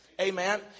Amen